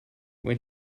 when